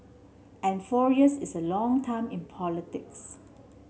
and four years is a long time in politics